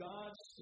God's